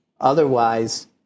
Otherwise